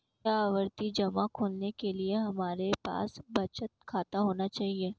क्या आवर्ती जमा खोलने के लिए हमारे पास बचत खाता होना चाहिए?